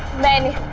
many